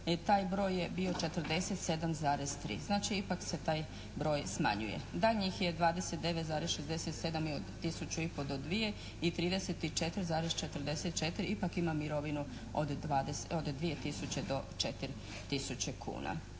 taj broj bio 47,3. Znači ipak se taj broj smanjuje. Daljnjih je 29,67 i od tisuću i pol do dvije i 34,44 ipak ima mirovinu od 2 tisuće do 4 tisuće kuna.